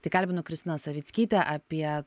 tai kalbinu kristiną savickytę apie